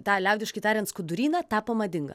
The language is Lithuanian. tą liaudiškai tariant skuduryną tapo madinga